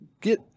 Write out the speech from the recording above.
Get